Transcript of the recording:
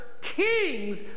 kings